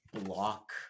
block